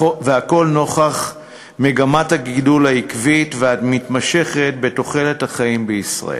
והכול נוכח מגמת הגידול העקבית והמתמשכת בתוחלת החיים בישראל.